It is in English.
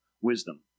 wisdom